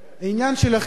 בעניין של החינוך,